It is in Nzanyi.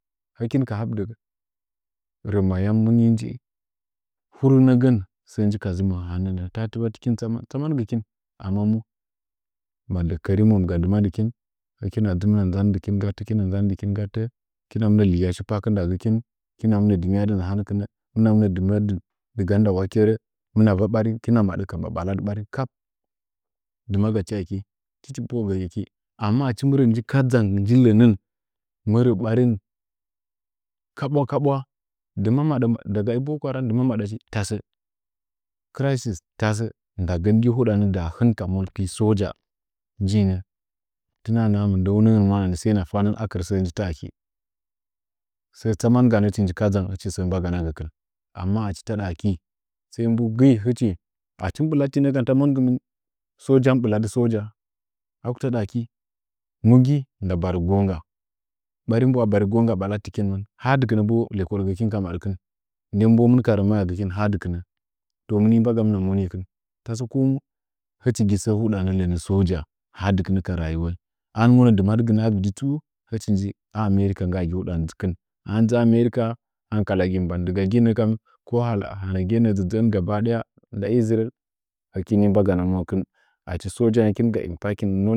Hɨkin habdi gɚ ma ayam muni nji hurɚungɚn ka zɨ mɚ hanɚ nɚɚta wai tɨkɨn tsaman tsamangi kin amma mu madɚk kɚrimɚm ga dɨ madɨkin hɨkina dzɨ nzan dɨkin ganɚ kina nzadɨkin gatɚ kina liya shi pakin ndagɚkih kina mɨna dɨ myadɨn a hanɚ hɨmɨha mɨna dɨmaddɨn dɨga ndɨɗa wakkeri hɨmɨna va ɓarin hikina maɗɚka ɓaɓaɓaladɨ ɓarin kap ndɨma gachi aki tɨchi boo gɚchi aki amma achi mɨ rɚ nji kadzang nji lɚnɚn kabwa kabwa daga i boko haram dɨ ma maɗa chi tɚsɚ crisis tasɚ ndagɚn gi huɗan dahɨn kam monkini soja njinɚ tina naha mɨndɚunɚgɚn mwana nɚ sai na fanɚn nggɨ aki sɚ tsaman ganɚ htchi nji kadzang hɨchi sɚ mba gana gɚkin amma achi taɗa aki sai mbu gti hɨchi achi mɨ ɓɨ lati nɚ kam ta mongɨmɨn soja mɨ mbɨla dɨ soja aku taɗa akɨ mu gi nda barɚ ngo ngga ɓari mbawa bari gonga ɓa lattɨkɨn mɨn maɗkɨn nden bo hɨmɨn ka rɚ maya gɚkɨh ha dɨkɨnɚ to muni mbagamna monikɨn asɚ komu hɨchi gi sɚ huɗanɚ lɚnɚ soja ha dɨkɨnɚ rayu wainyi a hin monɚ dɨmadɨgɨnɚ a vɨdi tsu hɨchi nji a america nggagi huɗanɚ dzɨkɨn a hɨnɨm dzɨ a america hakala gi mɨ ban dɨga gɨi nɚ kam hanɚgiye dzɚ dzɚ gaba daya nda isreal hɨchi ni mbaga monkɨh achi soja hɨkin mbaga gɚ impaki.